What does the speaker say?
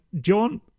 John